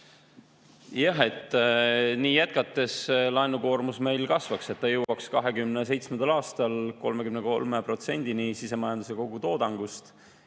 Jah, nii jätkates laenukoormus meil kasvaks ja jõuaks 2027. aastal 33%-ni sisemajanduse kogutoodangust.